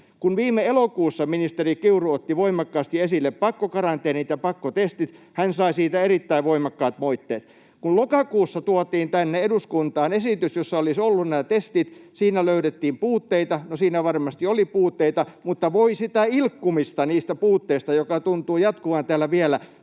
Kun viime elokuussa ministeri Kiuru otti voimakkaasti esille pakkokaranteenit ja pakkotestit, hän sai siitä erittäin voimakkaat moitteet. Kun lokakuussa tuotiin tänne eduskuntaan esitys, jossa olisi ollut nämä testit, siinä löydettiin puutteita. No, siinä varmasti oli puutteita, mutta voi sitä ilkkumista niistä puutteista, joka tuntuu jatkuvan täällä vielä.